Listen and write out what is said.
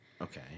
Okay